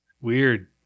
Weird